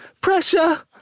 pressure